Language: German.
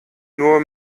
nur